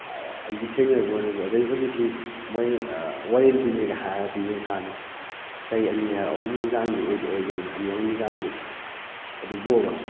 ꯑꯩꯒꯤ ꯊꯦꯡꯅꯔꯛꯄꯀꯥꯟꯗꯗꯤ ꯑꯗꯩ ꯍꯧꯖꯤꯛꯀꯤ ꯃꯣꯏ ꯋꯥꯔꯦꯟꯇꯤꯅꯤꯒ ꯍꯥꯏꯔꯒ ꯄꯤꯖꯟꯁꯂꯀꯅꯤ ꯆꯍꯤ ꯑꯅꯤ ꯍꯥꯏꯔꯣ ꯑꯍꯨꯝꯒꯤ ꯆꯥꯡꯗꯤ ꯑꯣꯏꯗꯤ ꯑꯣꯏꯒꯜꯂꯤ ꯑꯅꯤ ꯑꯍꯨꯝꯒꯤ ꯆꯥꯡꯗꯤ ꯑꯗꯨꯕꯣꯕ